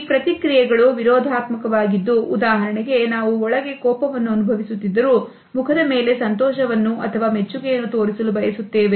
ಈ ಪ್ರತಿಕ್ರಿಯೆಗಳು ವಿರೋಧಾತ್ಮಕ ವಾಗಿದ್ದು ಉದಾಹರಣೆಗೆ ನಾವು ಒಳಗೆ ಕೋಪವನ್ನು ಅನುಭವಿಸುತ್ತಿದ್ದರೂ ಮುಖದ ಮೇಲೆ ಸಂತೋಷವನ್ನು ಅಥವಾ ಮೆಚ್ಚುಗೆಯನ್ನು ತೋರಿಸಲು ಬಯಸುತ್ತೇವೆ